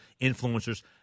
influencers